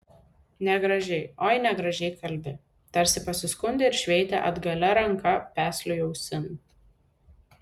negražiai oi negražiai kalbi tarsi pasiskundė ir šveitė atgalia ranka pesliui ausin